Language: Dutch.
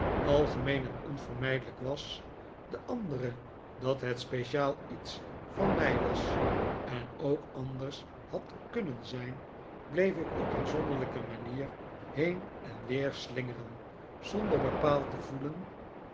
algemeen en onvermijdelijk was de andere dat het speciaal iets van mij was en ook anders had kunnen zijn bleef ik op een zonderlinge manier heen en weer slingeren zonder bepaald te voelen